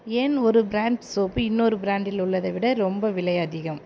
ஏன் ஒரு brand soap இன்னொரு பிராண்டில் உள்ளதை விட ரொம்ப விலை அதிகம்